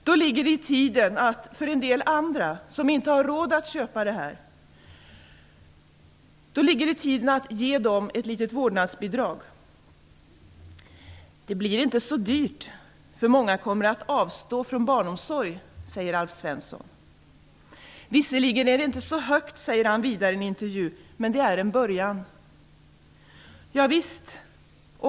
Då ligger det i tiden att ge en del andra, de som inte har råd med denna hjälp, ett litet vårdnadsbidrag. Alf Svensson säger att det inte kommer att bli så dyrt, eftersom många kommer att avstå från barnomsorg. Han sade vidare i en intervju att det visserligen inte är så högt, men att det är en början.